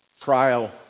Trial